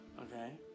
Okay